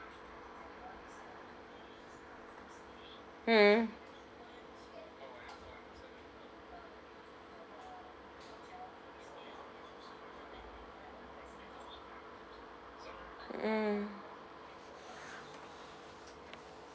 mm mm